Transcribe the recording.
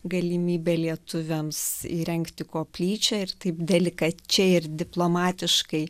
galimybė lietuviams įrengti koplyčią ir taip delikačiai ir diplomatiškai